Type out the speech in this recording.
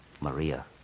Maria